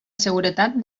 seguretat